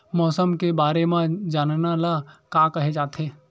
मौसम के बारे म जानना ल का कहे जाथे?